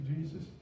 Jesus